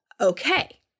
Okay